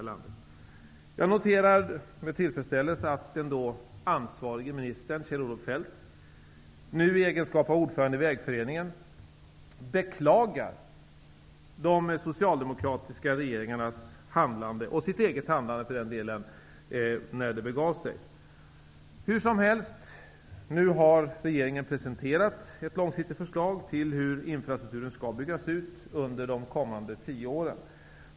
Jag noterar med tillfredsställelse att den då ansvarige ministern, Kjell-Olof Feldt, nu i egenskap av ordförande i Vägföreningen, beklagar de socialdemokratiska regeringarnas och sitt eget handlande när det begav sig. Hur som helst, nu har regeringen presenterat ett långsiktigt förslag till hur infrastrukturen skall byggas ut under de kommande tio åren.